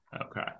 Okay